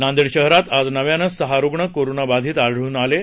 नांदेड शहरात आज नव्याने सहा रूग्ण कोरोना बाधित आढळून आले आहेत